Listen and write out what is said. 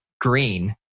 green